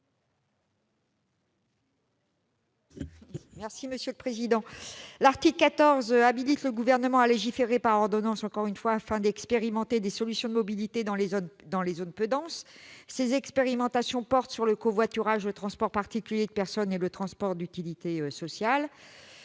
Mme Éliane Assassi. L'article 14 tend à habiliter le Gouvernement à légiférer encore une fois par ordonnance, afin d'expérimenter des solutions de mobilité dans les zones peu denses. Ces expérimentations portent sur le covoiturage, le transport particulier de personnes et le transport d'utilité sociale.